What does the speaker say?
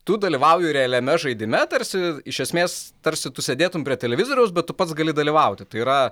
tu dalyvauji realiame žaidime tarsi iš esmės tarsi tu sėdėtum prie televizoriaus bet tu pats gali dalyvauti tai yra